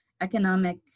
economic